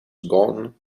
gone